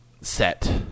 set